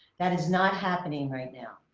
that is not happening right now.